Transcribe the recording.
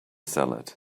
salad